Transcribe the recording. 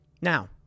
Now